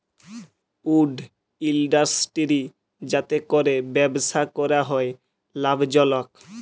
would industry যাতে ক্যরে ব্যবসা ক্যরা হ্যয় লাভজলক